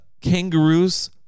kangaroos